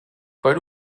per